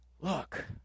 Look